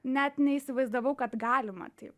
net neįsivaizdavau kad galima taip